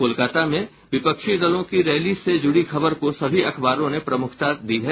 कोलकता में विपक्षी दलों की रैली से जुड़ी खबर को सभी अखबारों ने प्रमुखता दी है